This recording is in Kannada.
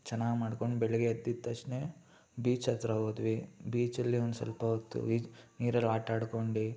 ಚೆನ್ನಾಗಿ ಮಾಡ್ಕೊಂಡು ಬೆಳಿಗ್ಗೆ ಎದ್ದಿದ ತಕ್ಷಣ ಬೀಚತ್ರ ಹೋದ್ವಿ ಬೀಚಲ್ಲಿ ಒಂದು ಸ್ವಲ್ಪ ಹೊತ್ತು ಈಜಿ ನೀರಲ್ಲಿ ಆಟ ಆಡ್ಕೊಂಡು